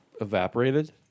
evaporated